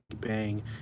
Bang